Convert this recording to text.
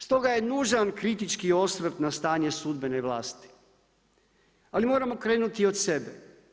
Stoga je nužan kritički osvrt na stanje sudbene vlasti, ali moramo krenuti od sebe.